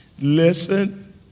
listen